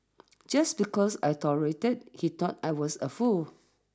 just because I tolerated he thought I was a fool